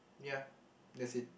ya that's it